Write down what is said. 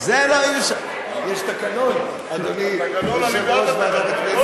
יש תקנון, אדוני חבר הכנסת.